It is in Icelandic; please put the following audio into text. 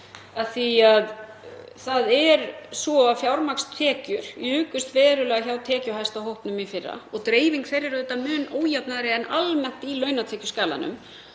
þetta: Það er svo að fjármagnstekjur jukust verulega hjá tekjuhæsta hópnum í fyrra og dreifing þeirra er mun ójafnari en almennt í launatekjuskalanum